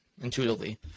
Intuitively